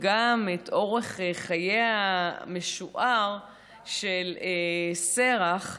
וגם את אורך חייה המשוער של שרח: